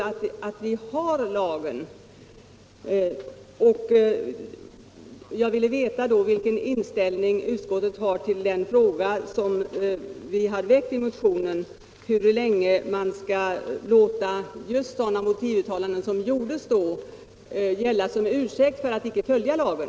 Eftersom vi har lagen ville jag veta vilken inställning utskottet har till den fråga som vi har väckt i motionen, nämligen hur länge man skall låta just sådana motivuttalanden som gjordes då gälla som ursäkt för att inte följa lagen.